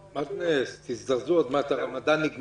כן ההכנסות של המועצות המקומיות שהן בעיקרון ארנונה למגורים,